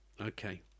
okay